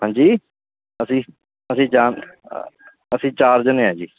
ਹਾਂਜੀ ਅਸੀਂ ਅਸੀਂ ਜਾ ਅਸੀਂ ਚਾਰ ਜਣੇ ਹਾਂ ਜੀ